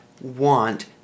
want